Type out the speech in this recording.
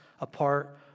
apart